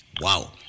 Wow